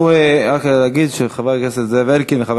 אנחנו רק נגיד שחבר הכנסת זאב אלקין וחבר